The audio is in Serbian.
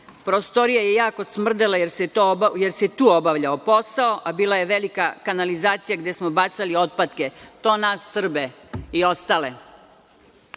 Prostorija je jako smrdela, jer se tu obavljao posao, a bila je velika kanalizacije gde smo bacali otpatke, to nas Srbe i ostale.